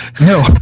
No